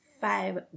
five